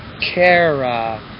Kara